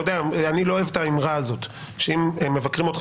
לא אוהב את האמרה הזאת שאם מבקרים אותך